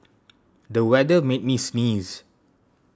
the weather made me sneeze